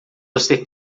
você